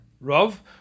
Rav